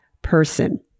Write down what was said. person